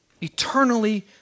eternally